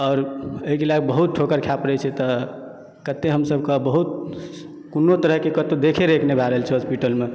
और ओहि के लिये बहुत ठोकर खाय पड़ै छै तऽ कतौ हम सब बहुत कोनो तरह के कतौ देखे रेख नहि भय रहल छै हॉस्पिटलमे